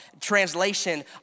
Translation